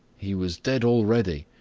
he was dead already,